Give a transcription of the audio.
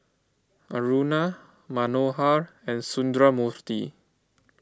Aruna Manohar and Sundramoorthy